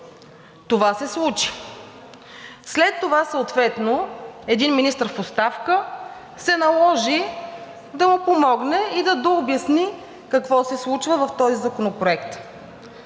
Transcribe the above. това се случи. След това един министър в оставка се наложи да му помогне и да дообясни какво се случва в този законопроект.